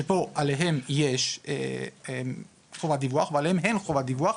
שפה עליהם יש חובת דיווח ועליהם אין חובת דיווח,